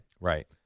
Right